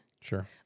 Sure